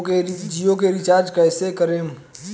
जियो के रीचार्ज कैसे करेम?